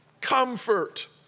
Comfort